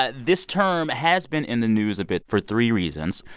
ah this term has been in the news a bit for three reasons.